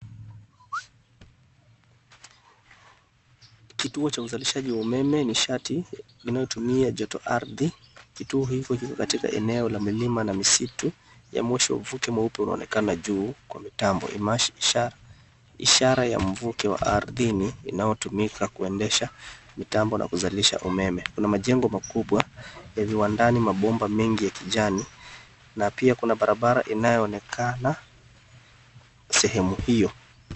Kituo cha uzalishaji wa umeme nishati inayotumia joto ardhi . Kituo hicho kiko katika eneo la milima na misitu na moshi wa mvuke mweupe unaonekana juu kwa mitambo . Inaonyesha ishara ya mvuke wa ardhini inayotumika kuendesha mitambo na kuzalisha umeme na majengo makubwa ya viwandani, mabomba mengi ya kijani na pia kuna barabara inayoonekana sehemu hiyo.